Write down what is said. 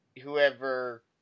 whoever